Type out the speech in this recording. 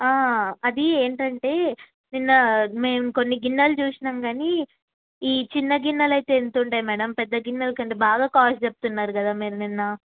అది ఏంటంటే నిన్న మేము కొన్ని గిన్నెలు చూసినాం కానీ ఈ చిన్న గిన్నెలు అయితే ఎంత ఉంటాయి మేడం పెద్ద గిన్నెల కంటే బాగా కాస్ట్ చెప్తున్నారు కదా మీరు నిన్న